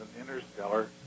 interstellar